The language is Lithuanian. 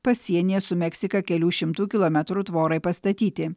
pasienyje su meksika kelių šimtų kilometrų tvorai pastatyti